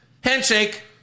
handshake